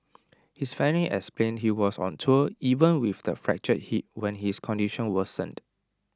his family explained he was on tour even with the fractured hip when his condition worsened